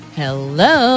hello